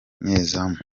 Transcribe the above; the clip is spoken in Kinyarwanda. umunyezamu